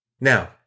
Now